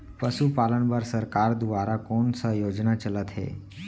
पशुपालन बर सरकार दुवारा कोन स योजना चलत हे?